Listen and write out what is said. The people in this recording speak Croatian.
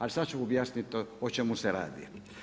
Ali sad ću objasniti o čemu se radi.